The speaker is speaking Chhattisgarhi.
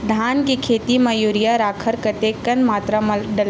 धान के खेती म यूरिया राखर कतेक मात्रा म डलथे?